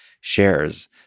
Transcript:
shares